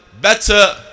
better